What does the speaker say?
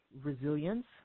resilience